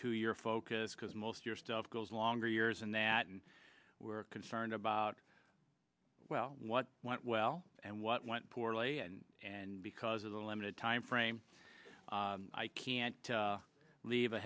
two year focus because most your stuff goes longer years and that and we're concerned about well what went well and what went poorly and and because of the limited time frame i can't leave a